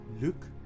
look